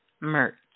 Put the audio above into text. merch